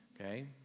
Okay